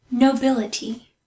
Nobility